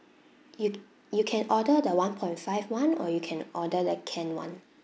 you you can order the one point five [one] or you can order the can [one]